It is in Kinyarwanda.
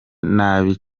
nabi